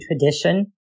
tradition